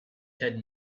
had